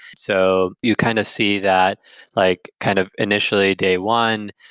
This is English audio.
so you kind of see that like kind of initially, day one,